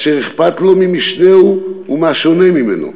אשר אכפת לו ממשנהו ומהשונה ממנו,